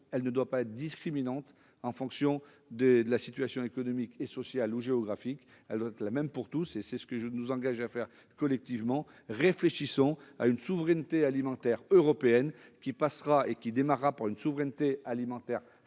ne doit pas être discriminante en fonction de la situation économique, sociale ou géographique. Elle doit être la même pour tous, et c'est ce que je nous engage à viser collectivement. Réfléchissons à une souveraineté alimentaire européenne, qui passe d'abord par une souveraineté alimentaire française,